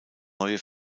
neue